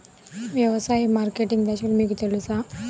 వ్యవసాయ మార్కెటింగ్ దశలు మీకు తెలుసా?